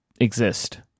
exist